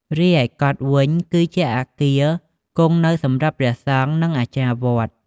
រីឯកុដិវិញ គឺជាអគារគង់នៅសម្រាប់ ព្រះសង្ឃ និង អាចារ្យវត្ត។